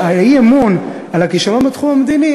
אבל האי-אמון על הכישלון בתחום המדיני,